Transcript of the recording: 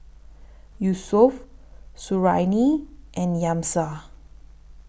Yusuf Suriani and Amsyar